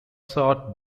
short